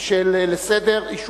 שעל סדר-היום,